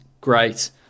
great